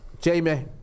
Jamie